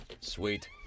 Sweet